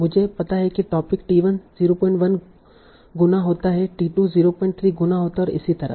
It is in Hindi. मुझे पता है कि टोपिक t1 01 गुना होता है t 2 03 गुना होता है और इसी तरह